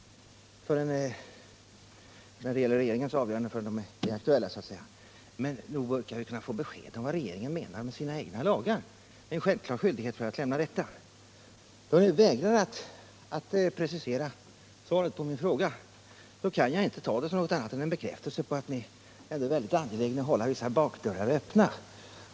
Men nog brukar vi kunna få besked om vad regeringen menar med sina egna lagar. Det är en självklarhet att lämna sådana besked. Då ni vägrar att precisera svaret på min fråga kan jag inte uppfatta det som annat än en bekräftelse på att ni ändå är mycket angelägna om att hålla vissa bakdörrar öppna.